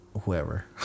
whoever